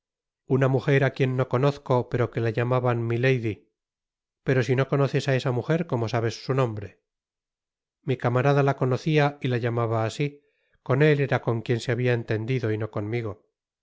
una mujer á quien no conozco pero que la llamaban milady pero si no conoces á esa mujer como sabes su nombré mi camarada la conocia y la llamaba asi con él era con quien se habia entendido y no conmigo